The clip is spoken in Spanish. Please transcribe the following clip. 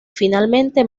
finalmente